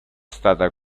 stata